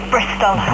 Bristol